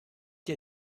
dir